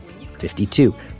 52